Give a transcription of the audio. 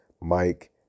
Mike